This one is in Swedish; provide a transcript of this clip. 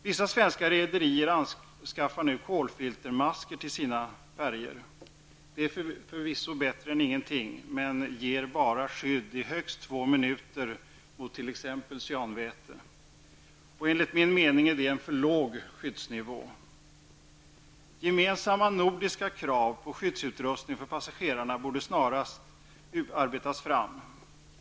Vissa svenska rederier anskaffar nu kolfiltermasker till sina färjor. De är förvisso bättre än ingenting men ger bara skydd i högst två minuter mot t.ex. cyanväte. Det är enligt min mening en för låg skyddsnivå. Gemensamma nordiska krav på skyddsutrustning för passagerarna borde snarast arbetas fram.